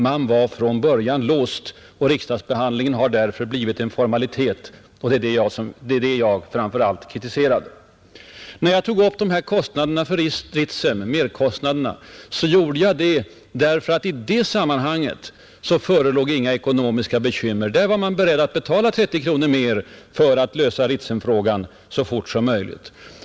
Den var från början låst. Riksdagsbehandlingen har därför blivit en ren formalitet. Det är detta som jag framför allt har kritiserat. Jag tog upp merkostnaderna för Ritsem därför att i det sammanhanget förelåg inga ekonomiska bekymmer. Regeringen var beredd att betala 30 miljoner kronor mer för att lösa Ritsemfrågan så fort som möjligt.